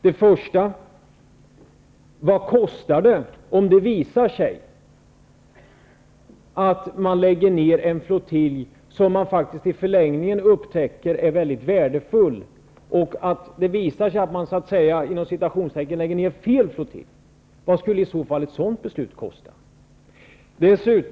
Det kan hända att man lägger ned en flottilj som man i förlängningen upptäcker är mycket värdefull. Det kanske visar sig att man lägger ned ''fel'' flottilj. Vad skulle ett sådant beslut kosta?